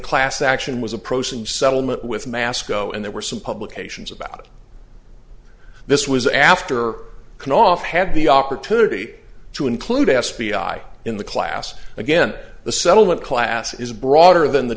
class action was approaching settlement with masco and there were some publications about this was after can often have the opportunity to include s p i in the class again the settlement class is broader than the